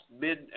mid